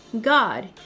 god